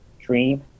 dream